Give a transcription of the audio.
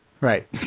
right